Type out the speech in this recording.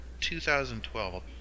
2012